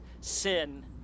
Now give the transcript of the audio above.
sin